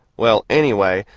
well, anyway,